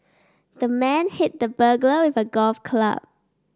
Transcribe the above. the man hit the burglar with a golf club